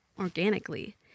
organically